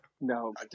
No